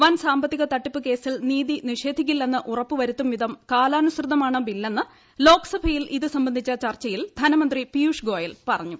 വൻ സാമ്പത്തിക തട്ടിപ്പ് കേസിൽ നീതി നിഷേധിക്കില്ലെന്ന് ഉറപ്പു വരുത്തും വിധം കാലാനുസൃതമാണ് ബില്ലെന്ന് ലോക്സഭയിൽ ഇതു് സംബന്ധിച്ച ചർച്ചയിൽ ധനമന്ത്രി പീയൂഷ് ഗോയൽ പറഞ്ഞു